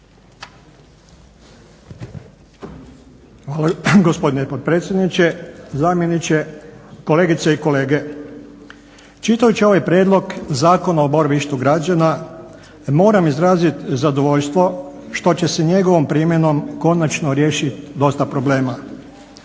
Hvala gospodine potpredsjedniče. Zamjeniče, kolegice i kolege. Čitajući ovaj Prijedlog zakona o boravištu građana moram izrazit zadovoljstvo što će njegovom primjenom konačno riješit dosta problema.